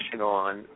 on